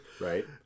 Right